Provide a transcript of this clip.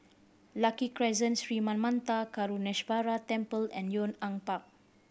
Lucky Crescent Sri Manmatha Karuneshvarar Temple and Yong An Park